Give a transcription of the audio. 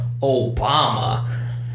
Obama